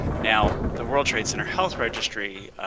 now, the world trade center health registry,